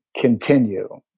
continue